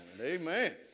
amen